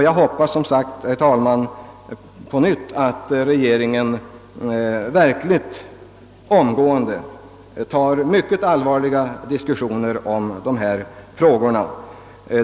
Jag hoppas som sagt att regeringen omgående tar upp verkligt allvarliga diskussioner om dessa frågor.